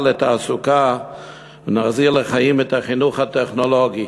לתעסוקה ונחזיר לחיים את החינוך הטכנולוגי.